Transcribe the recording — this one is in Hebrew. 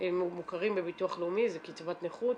הם מוכרים בביטוח לאומי, זה קצבת נכות?